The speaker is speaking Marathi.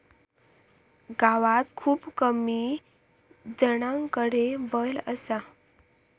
गावात खूप कमी जणांकडे बैल असा